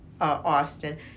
Austin